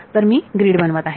तर मी ग्रीड बनवत आहे